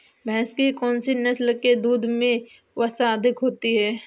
भैंस की कौनसी नस्ल के दूध में वसा अधिक होती है?